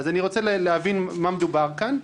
אז אני רוצה להבין במה מדובר כאן.